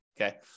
Okay